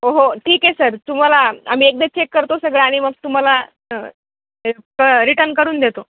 हो ठीक आहे सर तुम्हाला आम्ही एकदा चेक करतो सगळं आणि मग तुम्हाला क रिटर्न करून देतो